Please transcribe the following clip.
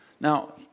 Now